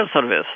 service